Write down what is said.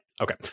Okay